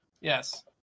yes